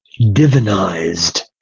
divinized